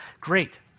Great